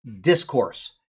discourse